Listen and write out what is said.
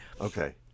Okay